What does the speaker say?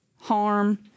harm